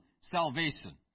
salvation